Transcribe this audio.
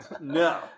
No